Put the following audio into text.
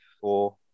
four